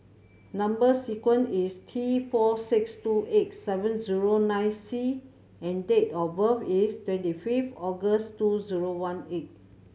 number sequence is T four six two eight seven zero nine C and date of birth is twenty fifth August two zero one eight